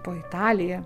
po italiją